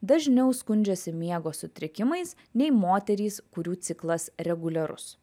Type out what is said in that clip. dažniau skundžiasi miego sutrikimais nei moterys kurių ciklas reguliarus